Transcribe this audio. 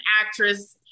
actress